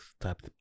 type